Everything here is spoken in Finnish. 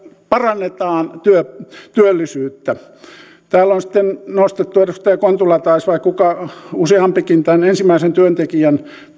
parannetaan työllisyyttä täällä on sitten nostettu edustaja kontula vai kuka useampikin tämä ensimmäisen työntekijän